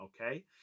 okay